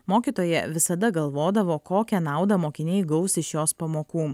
mokytoja visada galvodavo kokią naudą mokiniai gaus iš jos pamokų